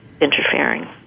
interfering